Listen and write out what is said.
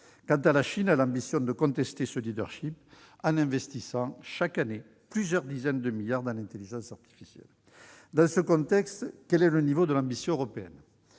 Quant à la Chine, elle ambitionne de contester ce leadership en investissant chaque année plusieurs dizaines de milliards d'euros dans l'intelligence artificielle. Dans ce contexte, quel est le niveau de l'ambition européenne ?